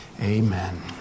amen